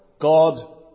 God